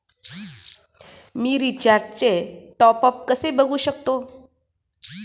मी रिचार्जचे टॉपअप कसे बघू शकतो?